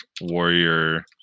Warrior